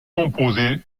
composés